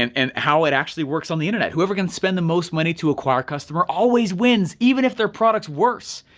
and and how it actually works on the internet, whoever can spend the most money to acquire a customer always wins, even if their product's worse.